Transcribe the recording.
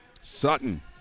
Sutton